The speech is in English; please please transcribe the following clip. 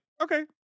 okay